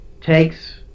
takes